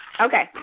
Okay